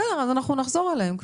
בסדר, אז אנחנו נחזור אליהן.